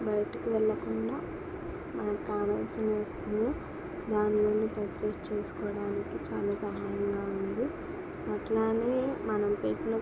బయటకి వెళ్ళకుండా మనకి కావలసిన వస్తువులు దాని నుండి పర్చేజ్ చేసుకోవడానికి చాలా సహాయంగా ఉంది అలానే మనం పెట్టిన